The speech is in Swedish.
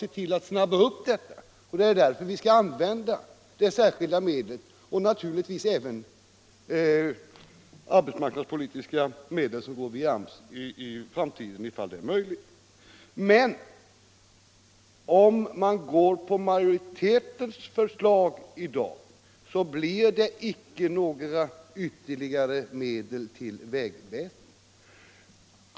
Det gäller att påskynda det arbetet, och det är därför vi skall använda särskilda medel och naturligtvis i framtiden även arbetsmarknadspolitiska medel, som går via AMS, ifall detta är möjligt. Men om man följer majoritetens förslag i dag blir det icke några ytterligare medel till vägväsendet.